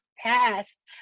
Past